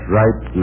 right